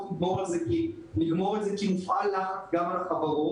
לגמור את זה כי הופעל לחץ גם על החברות.